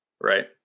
Right